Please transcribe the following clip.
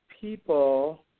people